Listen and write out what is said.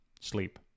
Sleep